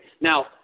Now